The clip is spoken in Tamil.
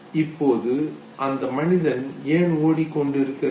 இப்பொழுது அந்த மனிதன் ஏன் ஓடிக் கொண்டிருக்கிறார்